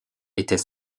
était